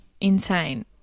insane